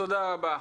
תודה רבה.